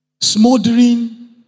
smoldering